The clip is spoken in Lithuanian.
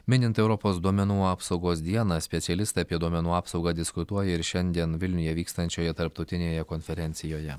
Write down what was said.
minint europos duomenų apsaugos dieną specialistai apie duomenų apsaugą diskutuoja ir šiandien vilniuje vykstančioje tarptautinėje konferencijoje